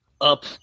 up